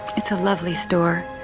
it's a lovely store.